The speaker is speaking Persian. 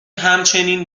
همچنین